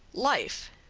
life,